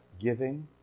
giving